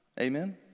Amen